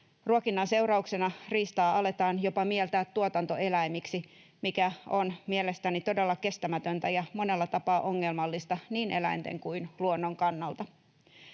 Ruokinnan seurauksena riistaa aletaan jopa mieltää tuotantoeläimiksi, mikä on mielestäni todella kestämätöntä ja monella tapaa ongelmallista niin eläinten kuin luonnon kannalta.